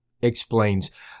explains